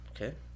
Okay